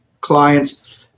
clients